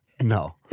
No